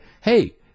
hey